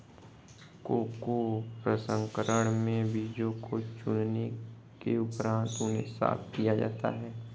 cocoa प्रसंस्करण में बीजों को चुनने के उपरांत उन्हें साफ किया जाता है